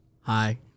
hi